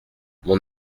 mon